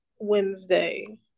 wednesday